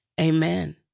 Amen